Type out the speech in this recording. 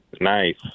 nice